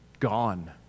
gone